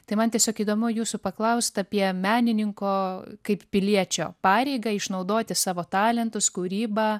tai man tiesiog įdomu jūsų paklaust apie menininko kaip piliečio pareigą išnaudoti savo talentus kūrybą